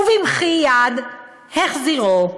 ובמחי יד החזירו.